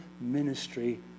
ministry